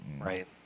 Right